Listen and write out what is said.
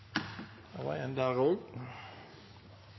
det var en satsing, og